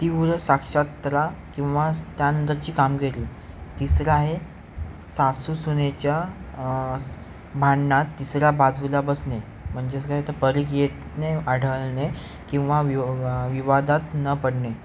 तीव्र साक्षातला किंवा त्या नंतरची कामगिरी तिसरा आहे सासू सुनेच्या भांडणात तिसरा बाजूला बसणे म्हणजेच काय तर पारखणे आढळणे किंवा वि विवादात न पडणे